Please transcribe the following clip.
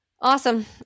awesome